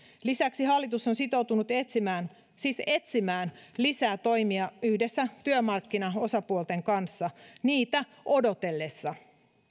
lisäksi hallitus on sitoutunut etsimään siis etsimään lisää toimia yhdessä työmarkkinaosapuolten kanssa niitä odotellessa